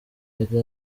yari